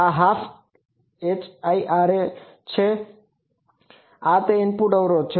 આ તે ઇનપુટ અવરોધ છે